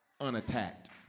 unattacked